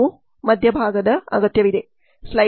ಮಧ್ಯ ಭಾಗದ ಅಗತ್ಯವಿದೆ